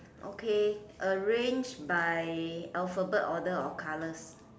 okay arrange by alphabet order or colours